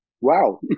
wow